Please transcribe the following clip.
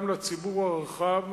גם לציבור הרחב,